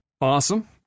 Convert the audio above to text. Awesome